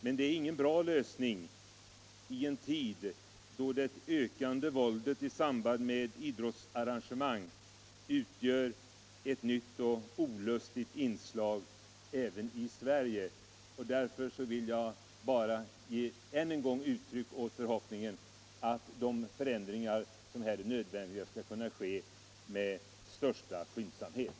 Men det är ingen bra lösning i en tid då det ökande våldet i samband med idrottsarrangemang utgör ett nytt och olustigt inslag även i Sverige. Därför vill jag än en gång ge uttryck åt förhoppningen att de förändringar som här är nödvändiga skall kunna ske med största skyndsamhet.